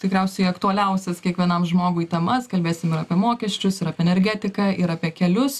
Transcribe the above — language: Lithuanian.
tikriausiai aktualiausias kiekvienam žmogui temas kalbėsim ir apie mokesčius ir apie energetiką ir apie kelius